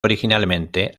originalmente